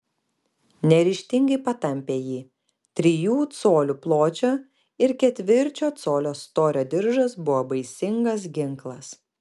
neryžtingai patampė jį trijų colių pločio ir ketvirčio colio storio diržas buvo baisingas ginklas